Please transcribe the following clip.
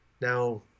Now